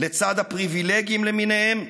לצד הפריבילגים למיניהם?